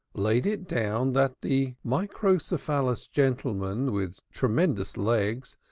laid it down that the microcephalous gentlemen with tremendous legs,